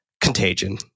Contagion